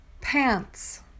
Pants